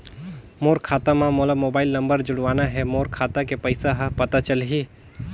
मोर खाता मां मोला मोबाइल नंबर जोड़वाना हे मोर खाता के पइसा ह पता चलाही?